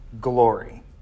glory